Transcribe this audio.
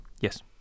yes